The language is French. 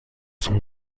son